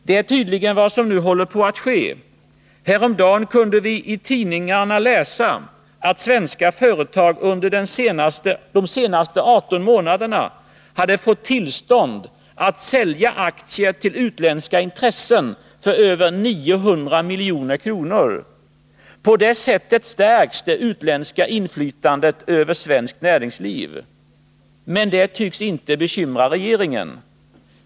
Det är tydligen vad som nu håller på att ske. Häromdagen kunde vi i tidningarna läsa att svenska företag under de senaste 18 månaderna har fått tillstånd att sälja aktier till utländska intressen för över 900 milj.kr. På det sättet stärks det utländska inflytandet över svenskt näringsliv. Men det tycks inte bekymra regeringen.